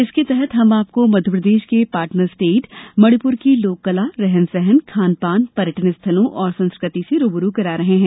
इसके तहत हम आपको मध्यप्रदेश के पार्टनर स्टेट मणिपुर की लोककला रहन सहन खान पान पर्यटन स्थलों और संस्कृति से रू ब रू करा रहे हैं